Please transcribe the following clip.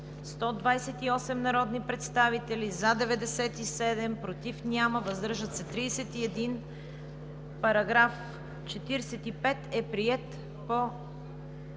128 народни представители: за 97, против няма, въздържали се 31. Параграф 45 е приет по